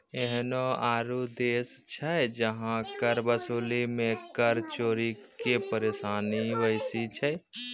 एहनो आरु देश छै जहां कर वसूलै मे कर चोरी के परेशानी बेसी छै